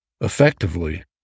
effectively